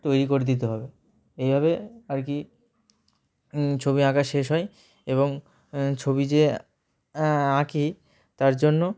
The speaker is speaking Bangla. তৈরি করে দিতে হবে এইভাবে আর কি ছবি আঁকা শেষ হয় এবং ছবি যে আঁকি তার জন্য